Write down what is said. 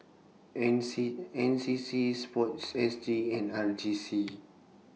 N C N C C Sports S G and R J C